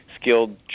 skilled